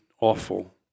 awful